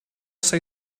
say